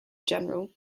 general